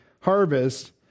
harvest